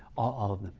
of them.